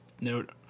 note